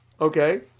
Okay